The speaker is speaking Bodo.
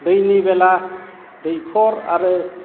दैनि बेला दैख'र आरो